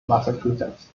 massachusetts